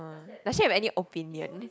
does she have any opinion